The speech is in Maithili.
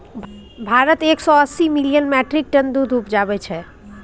भारत एक सय अस्सी मिलियन मीट्रिक टन दुध उपजाबै छै